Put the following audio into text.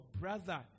brother